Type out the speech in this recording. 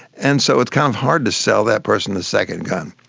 and so it's kind of hard to sell that person a second gun.